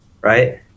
Right